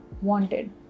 wanted